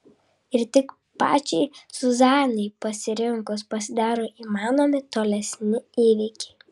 ir tik pačiai zuzanai pasirinkus pasidaro įmanomi tolesni įvykiai